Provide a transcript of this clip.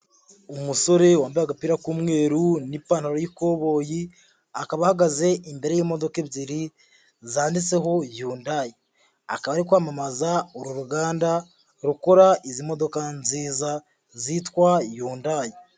Umusore wambaye agapira k'umweru n'ipantaro y'ikoboyi, akaba ahagaze imbere y'imodoka ebyiri zanditseho Yundayi. Akaba ari kwamamaza uru ruganda, rukora izi modoka nziza zitwa Yundayi.